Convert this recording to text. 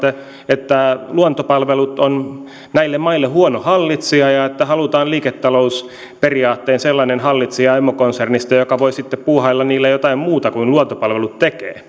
että luontopalvelut on näille maille huono hallitsija ja että halutaan liiketalousperiaatteella sellainen hallitsija emokonsernista joka voi sitten puuhailla niillä jotain muuta kuin luontopalvelut tekee